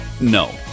no